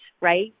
right